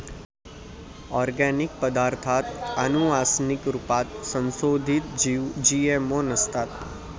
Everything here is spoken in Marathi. ओर्गानिक पदार्ताथ आनुवान्सिक रुपात संसोधीत जीव जी.एम.ओ नसतात